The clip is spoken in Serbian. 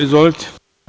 Izvolite.